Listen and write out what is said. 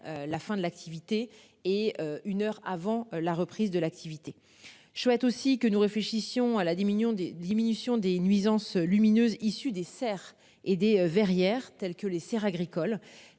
la fin de l'activité et une heure avant la reprise de l'activité. Je souhaite aussi que nous réfléchissions à la diminution des diminutions des nuisances lumineuses issus des serres et des verrières tels que les serres agricoles